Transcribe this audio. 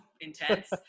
intense